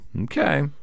Okay